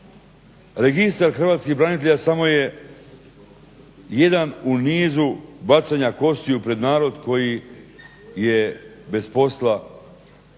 Registar hrvatskih branitelja samo je jedan u nizu bacanja kostiju pred narod koji je bez posla, bez